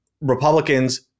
Republicans